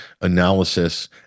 analysis